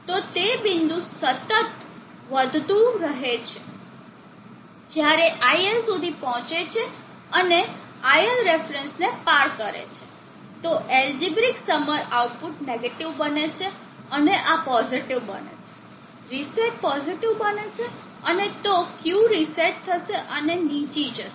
તો તે બિંદુ સુધી વધતું જતું રહે છે જ્યારે iL સુધી પહોંચે છે અને iLref ને પાર કરે છે તો એલજેબ્રીક સમર આઉટપુટ નેગેટીવ બને છે અને આ પોઝિટીવ બને છે રીસેટ પોઝિટીવ બને છે અને તો Q રીસેટ થશે અને નીચી જશે